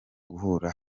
guhuriza